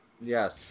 Yes